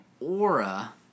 aura